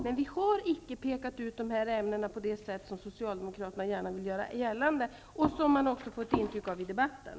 Men vi har inte pekat ut dessa ämnen på det sätt som Socialdemokraterna gärna vill göra gällande och som man också får ett intryck av i debatten.